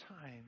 time